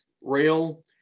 rail